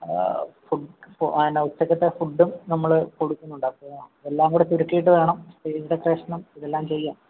food പിന്നെ ഉച്ചക്കത്തെ ഫുഡും നമ്മള് കൊടുക്കുന്നുണ്ട് അപ്പോൾ അതെല്ലാം കൂടെ ചുരുക്കിയിട്ട് വേണം സ്റ്റേജ് ഡെക്കറേഷനും ഇതെല്ലാം ചെയ്യാൻ